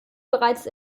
bereits